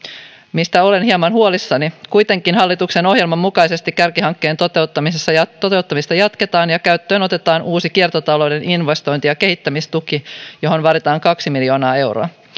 mistä olen hieman huolissani kuitenkin hallituksen ohjelman mukaisesti kärkihankkeen toteuttamista jatketaan ja käyttöön otetaan uusi kiertotalouden investointi ja kehittämistuki johon vaaditaan kaksi miljoonaa euroa